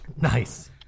nice